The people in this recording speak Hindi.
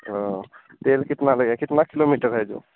तेल कितना लगेगा कितना किलोमीटर है जो